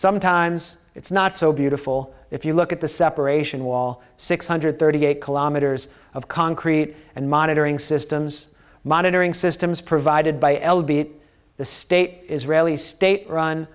sometimes it's not so beautiful if you look at the separation wall six hundred thirty eight kilometers of concrete and monitoring systems monitoring systems provided by l b the state israeli state run